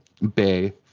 Bay